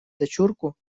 дочурку